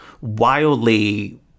wildly